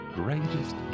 greatest